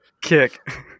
Kick